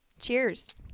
Cheers